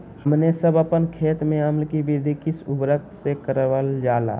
हमने सब अपन खेत में अम्ल कि वृद्धि किस उर्वरक से करलजाला?